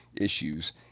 issues